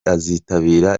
azitabira